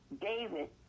David